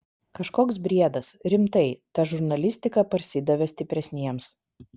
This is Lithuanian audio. kažkoks briedas rimtai ta žurnalistika parsidavė stipresniems